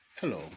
hello